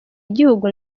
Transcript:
igihugu